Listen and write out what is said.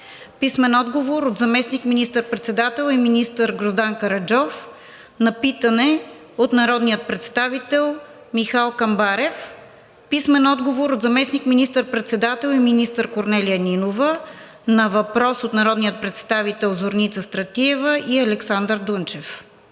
писмен отговор от заместник министър-председателя и министър Гроздан Караджов на питане от народния представител Михал Камбарев; - писмен отговор от заместник министър-председателя и министър Корнелия Нинова на въпрос от народния представител Зорница Стратиева и Александър Дунчев;